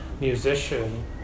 musician